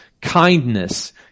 kindness